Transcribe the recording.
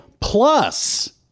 plus